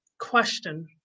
question